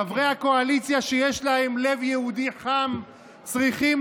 חברי הקואליציה שיש להם לב יהודי חם צריכים